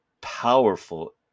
powerful